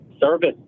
service